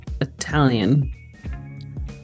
Italian